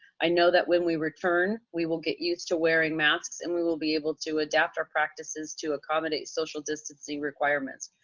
i know that when we return, we will get used to wearing masks and we will be able to adapt our practices to accommodate social distancing requirements.